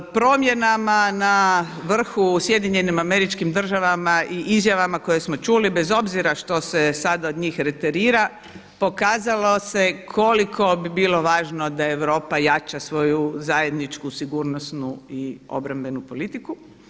Promjenama na vrhu u SAD-u i izjavama koje smo čuli bez obzira što se sada od njih reterira pokazalo se koliko bi bilo važno da Europa jača svoju zajedničku sigurnosnu i obrambenu politiku.